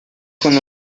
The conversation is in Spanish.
con